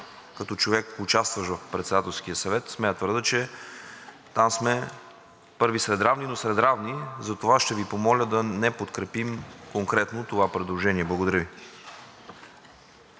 като човек, участващ в Председателския съвет, смея да твърдя, че там сме първи сред равни, но сред равни. Затова ще Ви помоля да не подкрепим конкретно това предложение. Благодаря Ви.